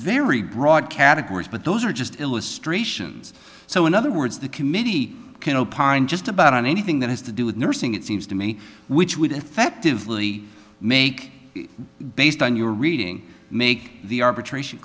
very broad categories but those are just illustrations so in other words the committee can opine just about anything that has to do with nursing it seems to me which would effectively make based on your reading make the arbitration